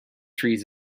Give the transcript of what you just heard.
trees